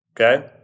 Okay